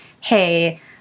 hey